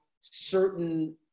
certain